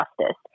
justice